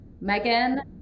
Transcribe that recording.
Megan